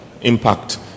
impact